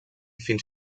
fins